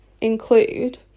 include